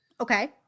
Okay